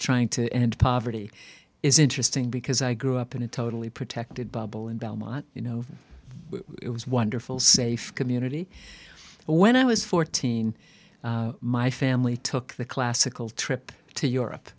trying to end poverty is interesting because i grew up in a totally protected bubble in belmont you know it was wonderful safe community but when i was fourteen my family took the classical trip to europe